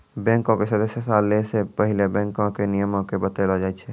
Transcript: बैंको के सदस्यता लै से पहिले बैंको के नियमो के बतैलो जाय छै